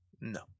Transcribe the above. No